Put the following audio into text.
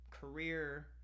career